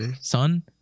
son